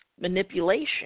manipulation